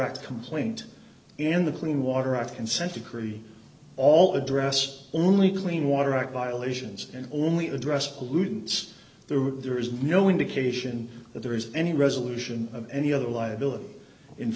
act complaint in the clean water act consent decree all address only clean water act violations and only addressed pollutants through there is no indication that there is any resolution of any other liability in